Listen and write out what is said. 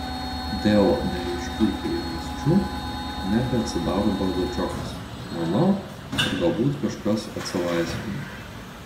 dėl neaiškių priežasčių nebeatsidaro bardačiokas manau kad galbūt kažkas atsilaisvinę